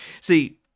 See